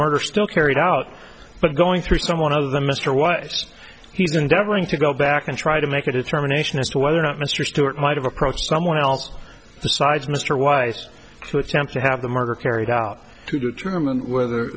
murder still carried out but going through someone other than mr weiss he's been deviling to go back and try to make a determination as to whether or not mr stewart might have approached someone else besides mr weiss to attempt to have the murder carried out to determine whether